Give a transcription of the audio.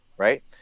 right